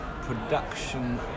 production